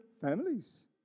families